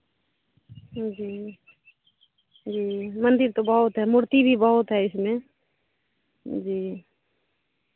जी जी मंदिर तो बहुत है मूर्ति भी बहुत है इसमें जी